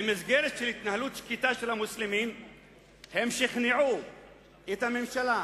בהתנהלות שקטה, המוסלמים שכנעו את הממשלה,